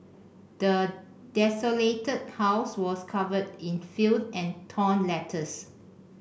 the desolated house was covered in filth and torn letters